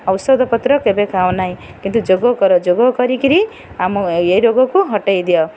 ଔଷଧପତ୍ର କେବେ ଖାଉ ନାହିଁ କିନ୍ତୁ ଯୋଗ କର ଯୋଗ କରିକରି ଆମ ଏ ରୋଗକୁ ହଟାଇ ଦିଅ